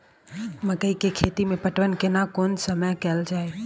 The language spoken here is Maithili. मकई के खेती मे पटवन केना कोन समय कैल जाय?